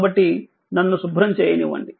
కాబట్టి నన్ను శుభ్రం చేయనివ్వండి